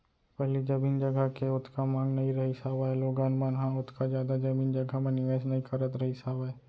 पहिली जमीन जघा के ओतका मांग नइ रहिस हावय लोगन मन ह ओतका जादा जमीन जघा म निवेस नइ करत रहिस हावय